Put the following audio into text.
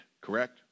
Correct